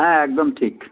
হ্যাঁ একদম ঠিক